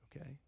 okay